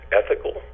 ethical